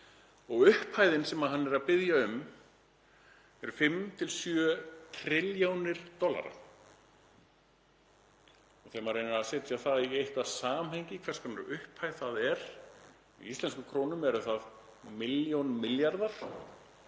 Upphæðin sem hann er að biðja um er 5–7 trilljónir dollara. Þegar maður reynir að setja það í eitthvert samhengi hvers konar upphæð það er í íslenskum krónum eru það milljón milljarðar.